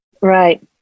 Right